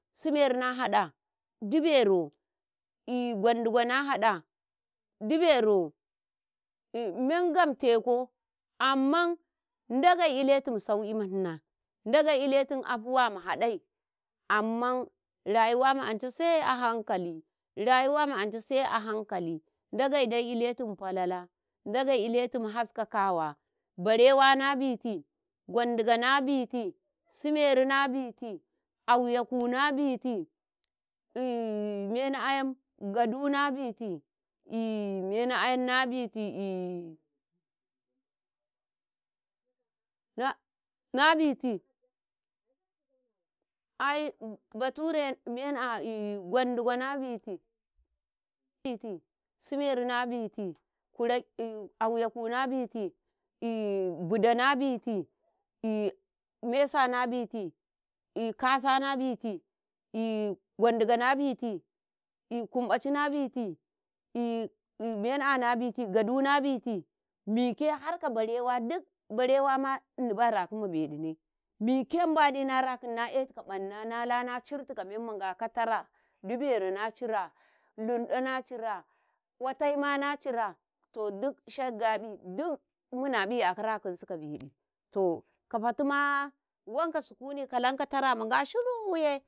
﻿Sümeri na haɗa, dibero gwadugo na haɗa, dibero mem gamleko amman Ndage iletum sauki, ma Nhina, Ndagei iletum afuwa ma haɗai, amma rayuwa ma ancai sai a hankali rayuwa ma ancai sai a hankali Ndagei dai iletum falala, Ndagei iletum haskakawa. Barewa na biti, gwandugo na biti simeri na biri, auyaku na biti mena ayam guda na biti mena ayam na biti na biti ai bature gwandugo na biti nabiti, sumeri na biti kere, auyaku na biti bido na biti .mesa na biti kasa na biti gwandugo na biti kumɓaci nabiti mena'a na biti gadu na biti mike harka barewa dikh barewama Nni barakimma baɗine, mike mba narakin na etuka ƃanna Nnala na cirtikau memma Nga ga tara, dibero na cira, Nhindo na cira, kwateima na cira, to duk shaggai, duk munaƃi "ya ka rakinsu kabeɗi, to kafatimah wanka sukuni kalanka tarama Nga shiruye.